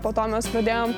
po to mes pradėjom